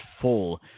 full